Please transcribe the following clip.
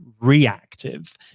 reactive